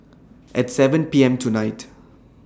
At seven P M tonight